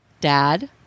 Dad